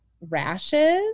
rashes